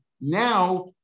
now